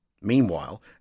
Meanwhile